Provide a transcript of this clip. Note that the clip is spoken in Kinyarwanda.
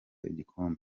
igikombe